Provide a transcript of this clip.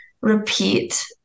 repeat